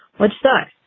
which sucks.